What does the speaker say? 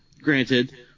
Granted